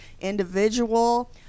individual